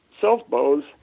self-bows